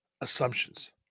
assumptions